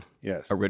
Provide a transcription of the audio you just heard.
Yes